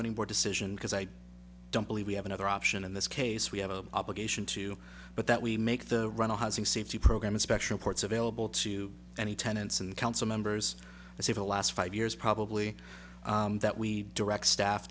board decision because i don't believe we have another option in this case we have a obligation to but that we make the rental housing safety program a special courts available to any tenants and council members say the last five years probably that we direct staff